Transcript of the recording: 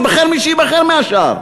ייבחר מי שייבחר מהשאר.